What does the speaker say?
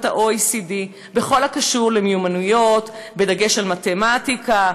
ה-OECD בכל הקשור למיומנויות בדגש על מתמטיקה,